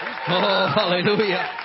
Hallelujah